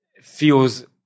feels